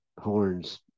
horns